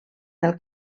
del